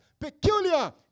Peculiar